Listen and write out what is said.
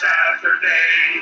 Saturday